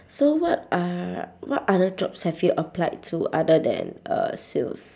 so what are what other jobs have you applied to other than uh sales